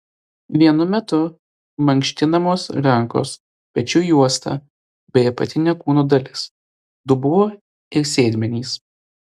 vienu metu mankštinamos rankos pečių juosta bei apatinė kūno dalis dubuo ir sėdmenys